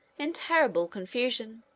in terrible confusion.